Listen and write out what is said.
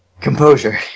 Composure